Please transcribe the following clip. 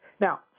Now